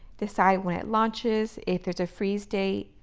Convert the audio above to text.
decide when it launches, if there's a freeze date,